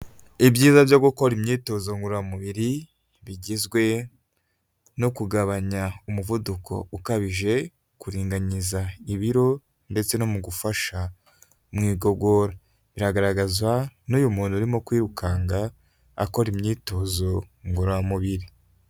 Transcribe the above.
Ibyiza byo gukora imyitozo ngororamubiri bigizwe no kugabanya umuvuduko ukabije, kuringaniza ibiro ndetse no mu gufasha mu igogora. Biragaragazwa n'uyu muntu urimo kwirukanka akora imyitozo ngororamubiri.